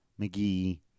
McGee